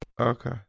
Okay